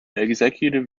executive